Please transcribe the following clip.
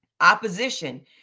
Opposition